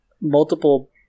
multiple